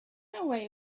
away